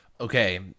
Okay